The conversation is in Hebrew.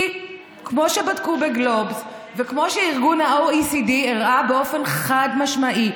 כי כמו שבדקו בגלובס וכמו שארגון ה-OECD הראה באופן חד-משמעי,